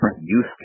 use